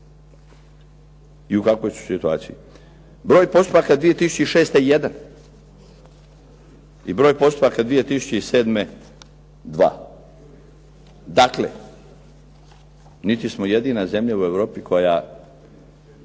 i u kakvoj situaciji. Broj postupak 2006. jedan i broj postupaka 2007. dva. Dakle, niti smo jedina zemlja u Europi koja